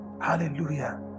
Hallelujah